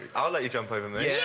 i'll let you jump over me.